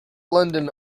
london